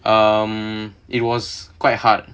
um it was quite hard